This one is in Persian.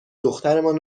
دخترمان